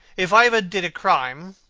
if i ever did a crime,